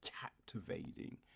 captivating